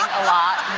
lot